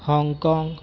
Hong Kong